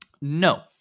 no